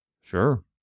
Sure